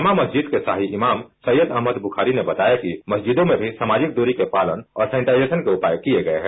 वहीं जामा मस्जिद के शाही इमाम सैयद अहमद बुखारी ने बताया कि मस्जिदों में भी सामाजिक दूरी के पालन और सेनिटाइजेशन के उपाय किए गए हैं